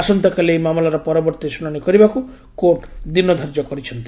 ଆସନ୍ତାକାଲି ଏହି ମାମଲାର ପରବର୍ତ୍ତୀ ଶୁଣାଣି କରିବାକୁ କୋର୍ଟ ଦିନ ଧାର୍ଯ୍ୟ କରିଛନ୍ତି